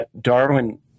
Darwin